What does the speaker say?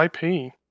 IP